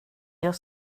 jag